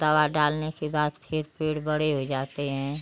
दवा डालने के बाद फिर पेड़ बड़े हो जाते हैं